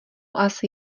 asi